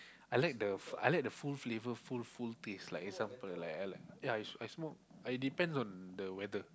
I like the I like the full flavour full full taste like example like I like yea I smoke I depends on the weather